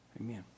amen